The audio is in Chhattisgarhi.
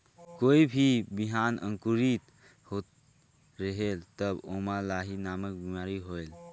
कोई भी बिहान अंकुरित होत रेहेल तब ओमा लाही नामक बिमारी होयल?